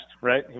right